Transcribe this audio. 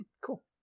cool